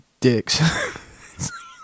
dicks